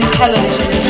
television